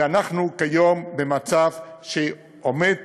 ואנחנו כיום במצב שעומד